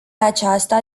aceasta